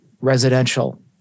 residential